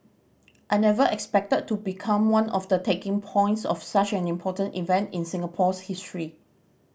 I never expected to become one of the taking points of such an important event in Singapore's history